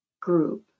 group